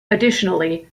additionally